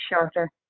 shorter